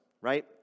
right